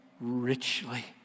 richly